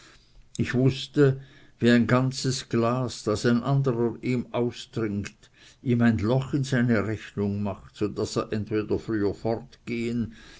ich wußte wie ein ganzes glas das ein anderer ihm austrinkt ihm ein loch in seine rechnung macht so daß er entweder früher fortgehen